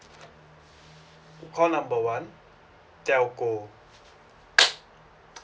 call number one telco